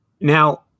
Now